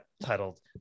titled